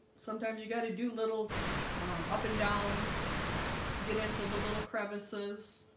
sometimes you gotta do little up and down to get into the little crevices